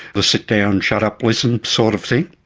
the sit down, shut up, listen' sort of thing.